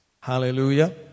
Hallelujah